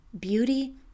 beauty